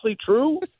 true